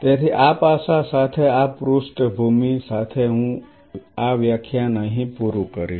તેથી આ પાસા સાથે આ પૃષ્ઠભૂમિ સાથે હું આ વ્યાખ્યાન અહીં પૂરું કરીશ